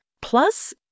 Plus